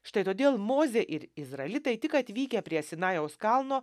štai todėl mozė ir izraelitai tik atvykę prie sinajaus kalno